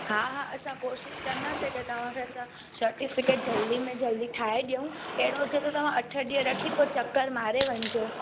हा हा असां कोशिशि कंदासीं जे तव्हांखे असां सटिफिकेट जल्दी में जल्दी ठाहे ॾेयूं अहिड़ो हुजे त तव्हां अठ ॾींहं रखी पोइ चक्कर मारे वञिजो